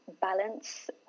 balance